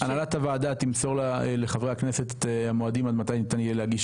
הנהלת הוועדה תמסור לחברי הכנסת את המועדים עד מתי ניתן יהיה להגיש